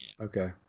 Okay